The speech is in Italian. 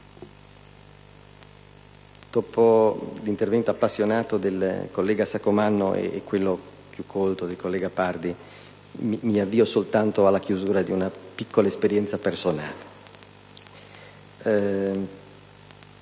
Dopo l'intervento appassionato del collega Saccomanno e quello, più colto, del collega Pardi, mi avvio alla chiusura raccontando una piccola esperienza personale.